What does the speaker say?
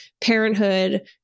parenthood